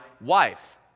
wife